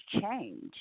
change